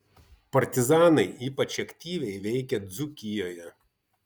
partizanai ypač aktyviai veikė dzūkijoje